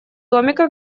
домика